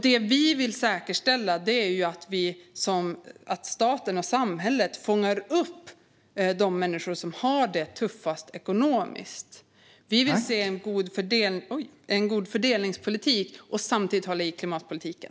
Det vi vill säkerställa är att staten och samhället fångar upp de människor som har det tuffast ekonomiskt. Vi vill se en god fördelningspolitik och samtidigt hålla i klimatpolitiken.